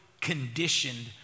conditioned